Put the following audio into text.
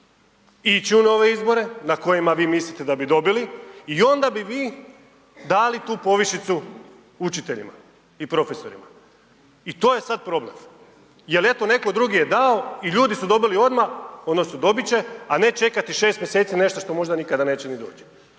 u nove izbore na kojima vi mislite da dobili i onda bi vi dali tu povišicu učiteljima i profesorima. I to je sad problem jer eto netko drugi je dao i ljudi su dobili odmah odnosno dobit će a ne čekati 6 mj. nešto što možda nikada neće ni doć.